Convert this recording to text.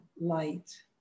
light